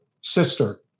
sister